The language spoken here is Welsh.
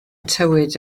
tywydd